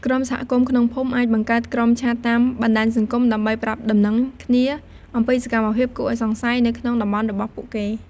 ក្រុមសហគមន៍ក្នុងភូមិ អាចបង្កើតគ្រុបឆាតតាម បណ្ដាញសង្គម ដើម្បី ប្រាប់ដំណឹងគ្នា អំពី សកម្មភាពគួរឱ្យសង្ស័យ នៅក្នុង តំបន់របស់ពួកគេ។